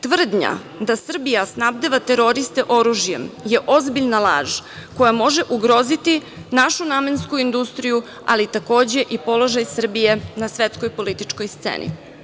Tvrdnja da Srbija snabdeva teroriste oružjem je ozbiljna laž koja može ugroziti našu namensku industriju, ali takođe i položaj Srbije na svetskoj političkoj sceni.